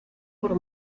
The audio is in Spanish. por